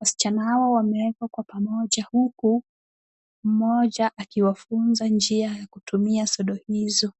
wasichana hawa wamewekwa kwa pamoja huku mmoja akiwafunza njia ya kutumia sodo hizo.